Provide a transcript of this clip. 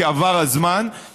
כי עבר הזמן.